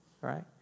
right